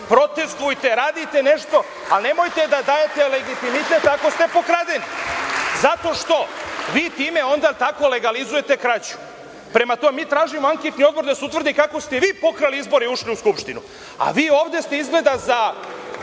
protestvujte, radite nešto, a nemojte da dajete legitimitet ako ste pokradeni, zato što vi time tako legalizujete krađu. Mi tražimo anketni odbor da se utvrdi kako ste vi pokrali izbore i ušli u Skupštinu, a vi ovde ste izgleda za